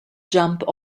jump